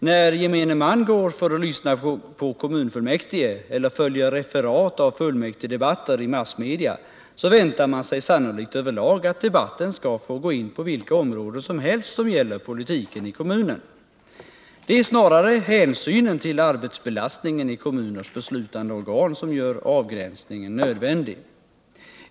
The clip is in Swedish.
När gemene man går för att lyssna på kommunfullmäktige eller följer referat av fullmäktigedebatter i massmedia väntar man sig sannolikt över lag att debatten skall få gå in på vilka områden som helst som gäller politiken i kommunen. Det är snarare hänsynen till arbetsbelastningen i kommuners beslutande organ som gör avgränsning nödvändig.